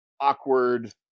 awkward